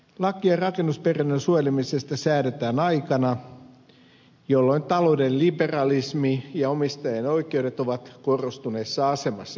lakia rakennusperinnön suojelemisesta säädetään aikana jolloin talouden liberalismi ja omistajan oikeudet ovat korostuneessa asemassa